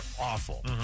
awful